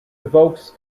evokes